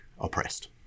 oppressed